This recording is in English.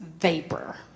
vapor